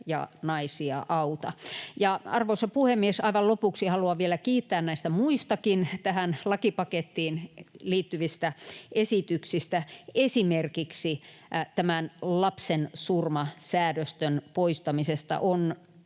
ja naisia auta. Arvoisa puhemies! Aivan lopuksi haluan vielä kiittää muistakin tähän lakipakettiin liittyvistä esityksistä, esimerkiksi lapsensurmasäädöstön poistamisesta. On